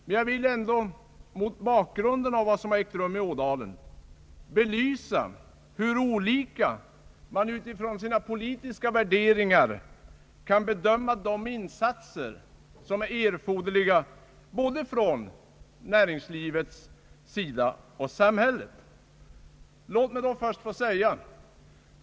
Men jag vill ändå mot bak grunden av vad som har ägt rum i Ådalen belysa hur olika man utifrån sina politiska värderingar kan bedöma de insatser som är erforderliga både från näringslivets sida och från samhällets.